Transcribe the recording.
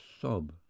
sob